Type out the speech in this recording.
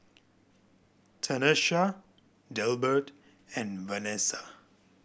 Tanesha Delbert and Vanessa